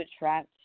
attract